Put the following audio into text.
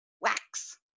wax